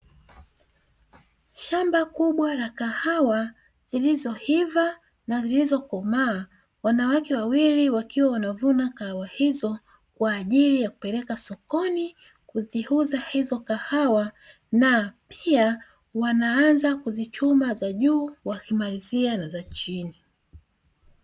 Shamba kubwa la kahawa zilizoiva na zilizokomaa wanawake wawili wakiwa wanavuna kahawa hizo, kwa ajili ya kupeleka sokoni kuziuza hizo kahawa na pia wanaanza kuzichuma za juu wakimalizia na za chini.